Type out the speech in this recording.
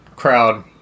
crowd